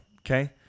okay